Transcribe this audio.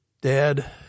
Dad